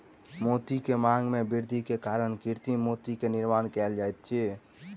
मोती के मांग में वृद्धि के कारण कृत्रिम मोती के निर्माण कयल जाइत अछि